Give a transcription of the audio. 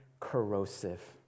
corrosive